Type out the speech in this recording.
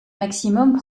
maximum